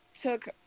took